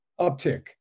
uptick